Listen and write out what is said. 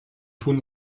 tun